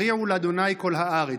הריעו לה' כל הארץ,